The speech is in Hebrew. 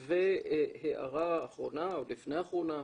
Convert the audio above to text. והערה אחרונה, או לפני אחרונה,